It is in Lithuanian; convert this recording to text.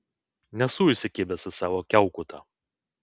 nesu įsikibęs į savo kiaukutą